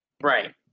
Right